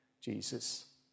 Jesus